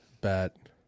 bet